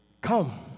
come